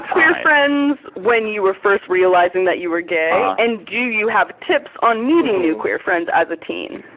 queer friends when you were first realizing that you were gay? and do you have tips on meeting new queer friends as a teen?